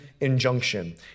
injunction